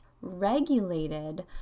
regulated